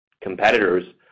competitors